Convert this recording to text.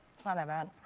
it's not bad,